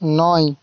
নয়